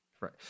right